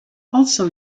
also